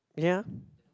ya